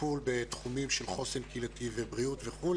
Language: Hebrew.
בטיפול בתחומים של חוסן קהילתי ובריאות וכו',